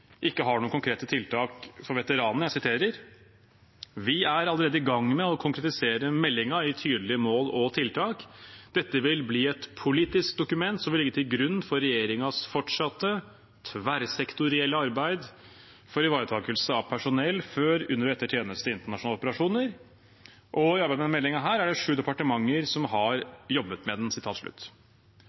ikke har noen konkrete tiltak for veteranene: «Vi er allerede i gang med å konkretisere meldingen i tydelige mål og tiltak. Dette vil bli et politisk dokument som vil ligge til grunn for regjeringens fortsatte tverrsektorielle samarbeid for ivaretakelse av personell før, under og etter tjeneste i internasjonale operasjoner. I arbeidet med denne meldingen er det sju departementer som har jobbet med den.»